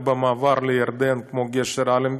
במעברים לירדן, כמו גשר אלנבי,